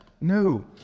No